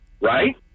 Right